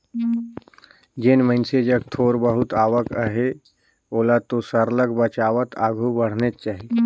जेन मइनसे जग थोर बहुत आवक अहे ओला तो सरलग बचावत आघु बढ़नेच चाही